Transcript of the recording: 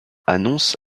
annonce